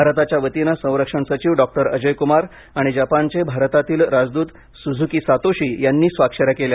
भारताच्या वतीने संरक्षण सचिव डॉक्टर अजय कुमार आणि जपानचे भारतातील राजदूत सुझुकी सातोशी यांनी स्वाक्षऱ्या केल्या